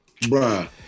bruh